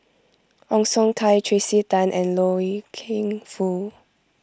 Ong Siong Kai Tracey Tan and Loy Keng Foo